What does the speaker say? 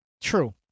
True